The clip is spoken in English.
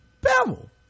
Bevel